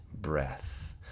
breath